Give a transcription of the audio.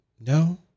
No